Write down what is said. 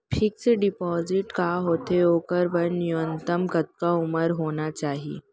Fix deposit का होथे ओखर बर न्यूनतम कतका उमर होना चाहि?